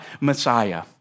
Messiah